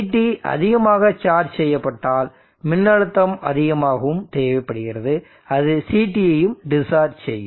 CT அதிகமாக charge செய்யப்பட்டால் மின்னழுத்தம் அதிகமாகவும் தேவைப்படுகிறது அது CTயையும் டிஸ்சார்ஜ் செய்யும்